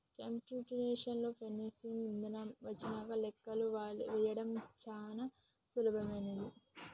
computational financing ఇదానాలు వచ్చినంక లెక్కలు వేయడం చానా సులభమైపోనాది